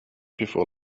before